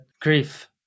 grief